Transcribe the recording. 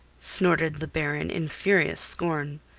snorted the baron in furious scorn.